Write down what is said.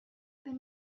been